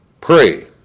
pray